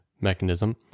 mechanism